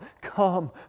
come